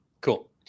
Cool